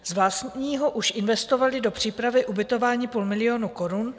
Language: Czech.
Z vlastního už investovali do přípravy ubytování půl milionu korun.